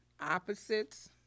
opposites